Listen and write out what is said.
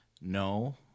no